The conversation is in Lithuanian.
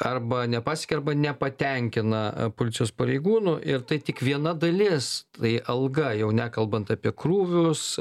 arba nepasiekė arba nepatenkina policijos pareigūnų ir tai tik viena dalis tai alga jau nekalbant apie krūvius